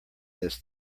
this